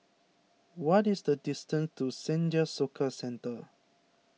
what is the distance to Senja Soka Centre